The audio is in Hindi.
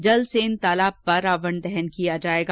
जलसेन तालाब पर रावण दहन किया जाएगा